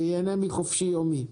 שייהנה מחופשי-יומי.